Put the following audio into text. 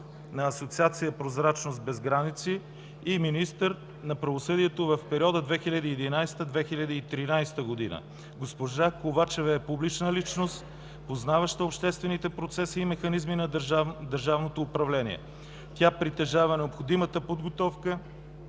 на Асоциация „Прозрачност без граници” и министър на правосъдието в периода 2011 – 2013 г. Госпожа Ковачева е публична личност, познаваща обществените процеси и механизми на държавното управление. Тя притежава необходимата подготовка